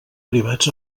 privats